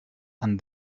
and